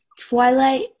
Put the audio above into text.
Twilight